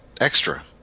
extra